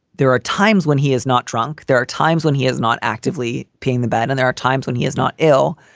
there are times when he is not drunk. there are times when he is not actively paying the bad and there are times when he is not ill.